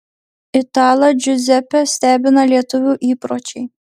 italą džiuzepę stebina lietuvių įpročiai